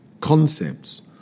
concepts